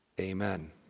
Amen